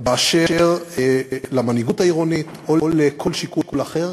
באשר למנהיגות העירונית או לכל שיקול אחר,